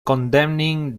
condemning